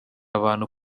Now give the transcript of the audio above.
abantu